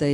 tai